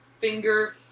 finger